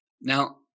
Now